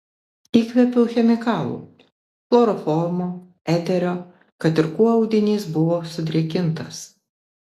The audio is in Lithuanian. įkvėpiau chemikalų chloroformo eterio kad ir kuo audinys buvo sudrėkintas